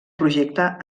projecte